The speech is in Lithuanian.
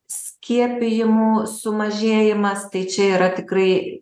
skiepijimų sumažėjimas tai čia yra tikrai